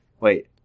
Wait